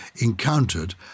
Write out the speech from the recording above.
encountered